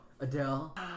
Adele